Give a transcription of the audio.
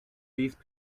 these